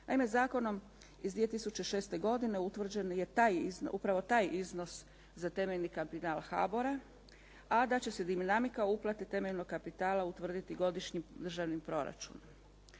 Naime, zakonom iz 2006. godine utvrđen je taj iznos za temeljni kapital HBOR-a a da će se dinamika uplate temeljnog kapitala utvrditi godišnjim državnim proračunom.